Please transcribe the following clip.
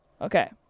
Okay